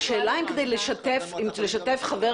השאלה האם לשתף חבר